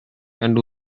and